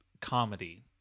comedy